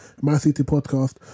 mycitypodcast